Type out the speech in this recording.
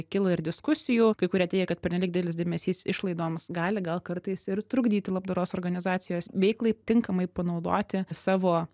kilo ir diskusijų kai kurie teigia kad pernelyg didelis dėmesys išlaidoms gali gal kartais ir trukdyti labdaros organizacijos veiklai tinkamai panaudoti savo